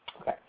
Okay